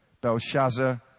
Belshazzar